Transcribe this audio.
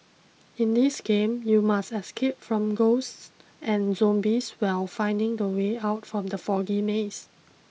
in this game you must escape from ghosts and zombies while finding the way out from the foggy maze